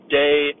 day